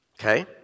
Okay